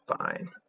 Fine